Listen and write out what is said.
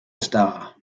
star